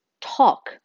talk